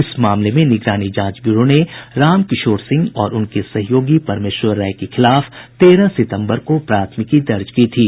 इस मामले में निगरानी जांच ब्यूरो ने रामकिशोर सिंह और उनके सहयोगी परमेश्वर राय के खिलाफ तेरह सितम्बर को प्राथमिकी दर्ज की थी